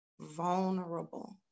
vulnerable